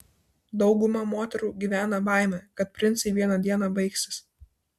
dauguma moterų gyvena baime kad princai vieną dieną baigsis